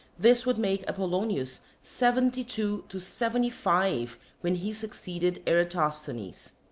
this would make apollonius seventy-two to seventy-five when he succeeded eratosthenes.